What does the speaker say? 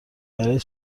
برای